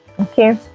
okay